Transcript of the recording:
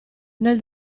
nel